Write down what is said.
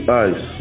eyes